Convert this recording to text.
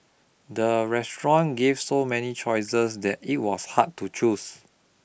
the restaurant give so many choices that it was hard to choose